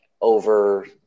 over